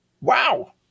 Wow